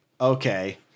Okay